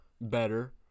better